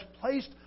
placed